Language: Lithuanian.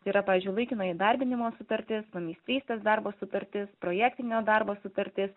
yra pavyzdžiui laikino įdarbinimo sutartis pameistrystės darbo sutartis projektinio darbo sutartis